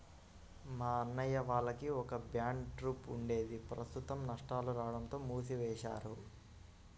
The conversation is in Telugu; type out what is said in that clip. మా అన్నయ్య వాళ్లకి ఒక బ్యాండ్ ట్రూప్ ఉండేది ప్రస్తుతం నష్టాలు రాడంతో మూసివేశారు